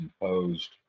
imposed